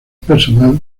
personal